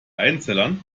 einzellern